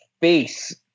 face